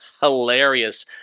hilarious